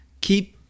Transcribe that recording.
keep